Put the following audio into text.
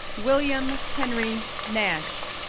william henry nash,